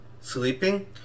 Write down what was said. sleeping